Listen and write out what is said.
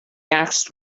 asked